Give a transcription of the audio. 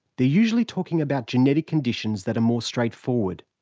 they're usually talking about genetic conditions that are more straightforward.